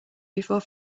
before